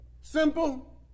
Simple